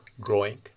growing